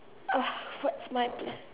uh what's my plan